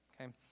okay